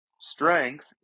strength